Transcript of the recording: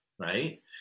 right